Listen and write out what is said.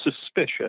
suspicious